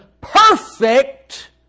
perfect